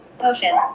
Ocean